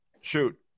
Shoot